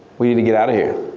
we need to get out of here,